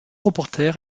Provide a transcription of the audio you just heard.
reporter